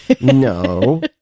no